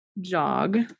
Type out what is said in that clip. jog